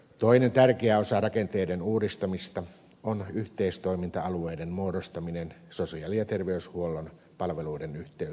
toinen tärkeä osa rakenteiden uudistamista on yhteistoiminta alueiden muodostaminen sosiaali ja terveyshuollon palveluiden yhteyteen